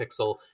pixel